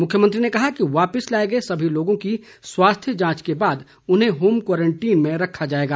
मुख्यमंत्री ने कहा कि वापिस लाए गए सभी लोगों की स्वास्थ्य जांच के बाद उन्हें होम क्वारंटीन में रखा जाएगा